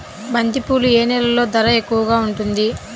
బంతిపూలు ఏ నెలలో ధర ఎక్కువగా ఉంటుంది?